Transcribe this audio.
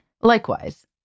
Likewise